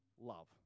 love